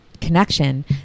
connection